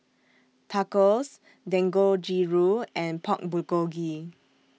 Tacos Dangojiru and Pork Bulgogi